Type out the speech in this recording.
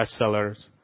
bestsellers